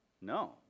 No